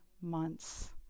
months